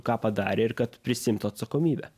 ką padarė ir kad prisiimtų atsakomybę